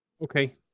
Okay